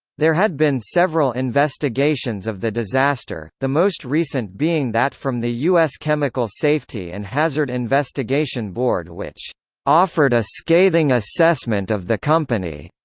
there had been several investigations of the disaster, the most recent being that from the us chemical safety and hazard investigation board which offered a scathing assessment of the company.